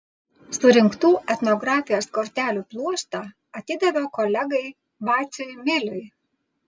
surinktų etnografijos kortelių pluoštą atidaviau kolegai vaciui miliui